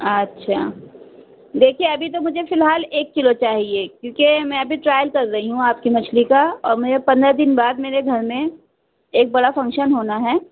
اچھا دیکھیے ابھی تو مجھے فی الحال ایک کلو چاہیے کیونکہ میں ابھی ٹرائل کر رہی ہوں آپ کی مچھلی کا اور میرے پندرہ دن بعد میرے گھر میں ایک بڑا فنکشن ہونا ہے